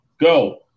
Go